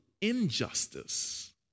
injustice